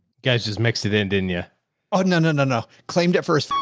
guys just mix it in didn't yeah ah didn't and and no. claimed at first, ah